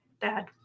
dad